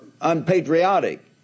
unpatriotic